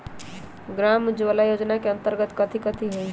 ग्राम उजाला योजना के अंतर्गत कथी कथी होई?